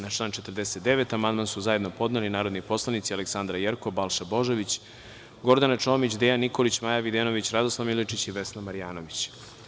Na član 49. amandman su zajedno podneli narodni poslanici Aleksandra Jerkov, Balša Božović, Gordana Čomić, Dejan Nikolić, Maja Videnović, Radoslav Milojičić i Vesna Marjanović.